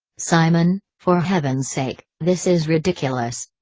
simon, for heaven's sake, this is ridiculous!